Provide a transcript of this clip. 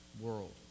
world